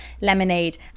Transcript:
lemonade